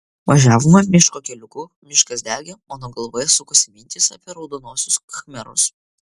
važiavome miško keliuku miškas degė mano galvoje sukosi mintys apie raudonuosius khmerus